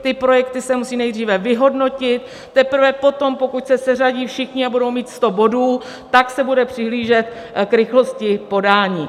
Ty projekty se musí nejdříve vyhodnotit, teprve potom, pokud se seřadí všichni a budou mít sto bodů, tak se bude přihlížet k rychlosti podání.